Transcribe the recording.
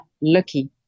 lucky